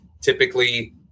typically